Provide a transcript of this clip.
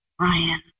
Ryan